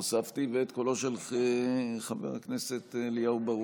ואת קולו של חבר הכנסת אליהו ברוכי.